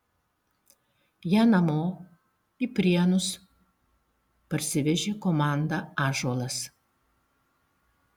ją namo į prienus parsivežė komanda ąžuolas